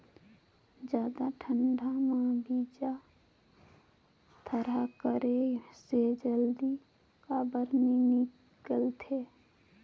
जादा ठंडा म बीजा थरहा करे से जल्दी काबर नी निकलथे?